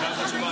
סיימת.